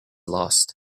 lost